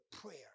prayer